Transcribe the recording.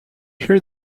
hear